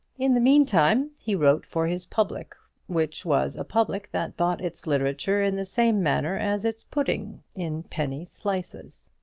in the meantime he wrote for his public, which was a public that bought its literature in the same manner as its pudding in penny slices.